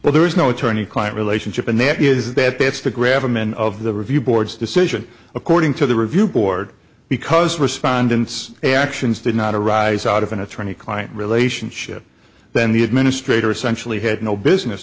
but there is no attorney client relationship and that is that that's the graph i'm in of the review boards decision according to the review board because respondents actions did not arise out of an attorney client relationship then the administrator essentially had no business